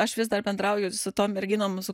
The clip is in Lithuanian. aš vis dar bendrauju su tom merginom su